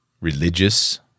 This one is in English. religious